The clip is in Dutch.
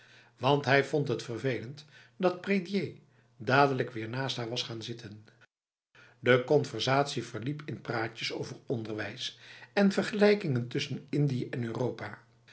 want hij vond het vervelend dat prédier dadelijk weer naast haar was gaan zitten de conversatie verliep in praatjes over onderwijs en vergelijkingen tussen indië en europa